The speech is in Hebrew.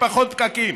פחות פקקים.